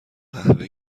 قهوه